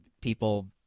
people